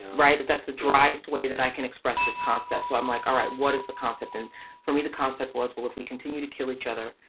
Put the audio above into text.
right. that's the driest way that i can express this concept. so i'm like, all right, what is the concept? and for me, the concept was, well, if we continue to kill each other,